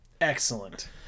excellent